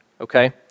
okay